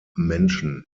menschen